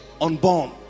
unborn